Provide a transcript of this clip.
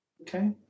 Okay